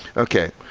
okay.